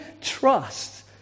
trust